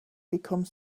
become